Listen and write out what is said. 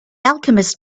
alchemist